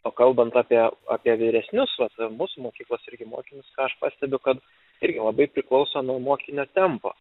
o kalbant apie apie vyresnius va mūsų mokyklos irgi mokinius ką aš pastebiu kad irgi labai priklauso nuo mokinio tempo